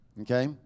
okay